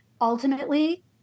Ultimately